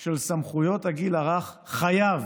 של סמכויות הגיל הרך חייב